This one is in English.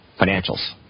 financials